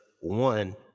one